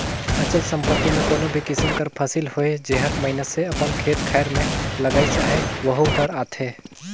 अचल संपत्ति में कोनो भी किसिम कर फसिल होए जेहर मइनसे अपन खेत खाएर में लगाइस अहे वहूँ हर आथे